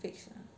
fix ah